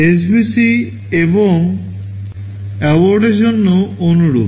SVC এবং ABORTর জন্য অনুরূপ